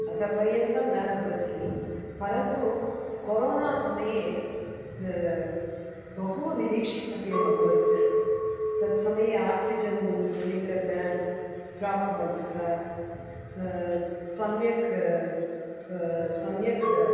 अथ पर्यन्तं न भवति परन्तु कोरोना समये बहुनिरीक्षितव्यम् अभवत् तत्समये आक्सिजन् सिलिण्डर् न प्राप्तवन्तः सम्यक् सम्यक्